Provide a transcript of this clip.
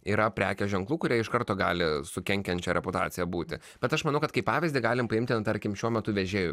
yra prekės ženklų kurie iš karto gali su kenkiančia reputacija būti bet aš manau kad kaip pavyzdį galim priimti nu tarkim šiuo metu vežėjų